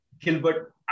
Gilbert